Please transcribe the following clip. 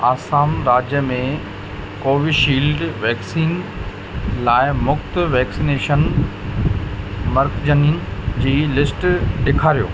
असम राज्य में Covishield vaccine लाइ मुफ़्त वैक्सीनेशन मर्कज़नि जी लिस्ट ॾेखारियो